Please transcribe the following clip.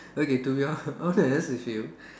okay to be hon~ honest with you